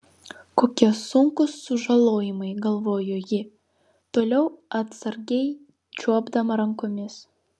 kokie sunkūs sužalojimai galvojo ji toliau atsargiai čiuopdama rankomis